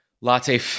Latte